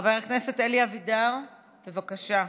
חבר הכנסת אלי אבידר, בבקשה.